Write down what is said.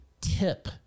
tip